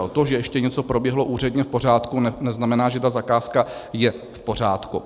To, že ještě něco proběhlo úředně v pořádku, neznamená, že ta zakázka je v pořádku.